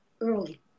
early